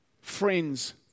friends